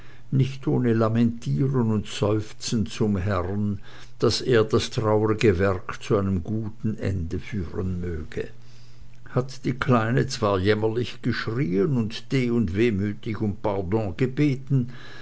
nicht ohne lamentiren und seufzen zum herren daß er das traurige werk zu einem guten ende führen möge hat die kleine zwaren jämmerlich geschrieen und de und wehmüthig um pardon gebeten